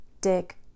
Dick